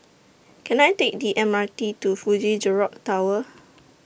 Can I Take The M R T to Fuji Jerox Tower